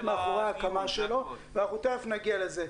מאחורי ההקמה שלו ואנחנו תכף נגיע לזה.